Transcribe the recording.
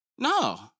No